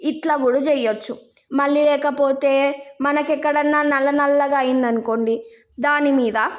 ఇట్లా కూడా చేయవచ్చు మళ్ళీ లేకపోతే మనకు ఎక్కడన్నా నల్ల నల్లగా అయింది అనుకోండి దానిమీద